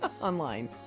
Online